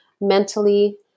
mentally